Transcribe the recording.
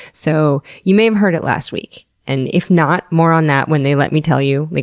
so, you may have heard it last week and if not, more on that when they let me tell you, like